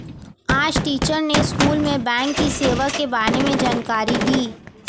आज टीचर ने स्कूल में बैंक की सेवा के बारे में जानकारी दी